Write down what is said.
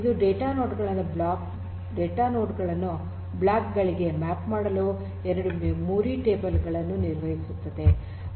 ಇದು data node ಗಳನ್ನು block ಗಳಿಗೆ ಮ್ಯಾಪ್ ಮಾಡಲು ಎರಡು ಮೆಮೊರಿ ಟೇಬಲ್ ಗಳನ್ನು ನಿರ್ವಹಿಸುತ್ತದೆ